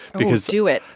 because. do it.